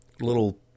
little